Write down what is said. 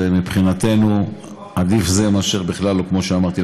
ומבחינתנו עדיף זה מאשר בכלל לא, כפי שאמרתי.